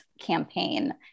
campaign